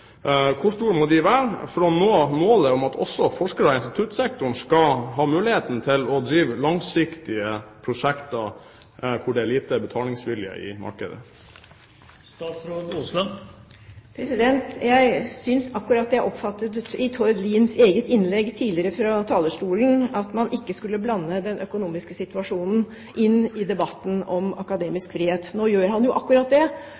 Hvor store må de være for å nå målet om at også forskere i instituttsektoren skal ha muligheten til å drive med langsiktige prosjekter der det er lite betalingsvilje i markedet? Jeg synes jeg oppfattet i Tord Liens eget innlegg tidligere fra talerstolen at man ikke skulle blande den økonomiske situasjonen inn i debatten om akademisk frihet. Nå gjør han jo akkurat det.